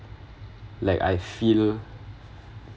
like I feel